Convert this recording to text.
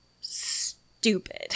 stupid